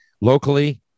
locally